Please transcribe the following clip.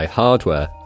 hardware